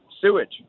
sewage